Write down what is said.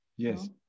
Yes